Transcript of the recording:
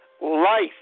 life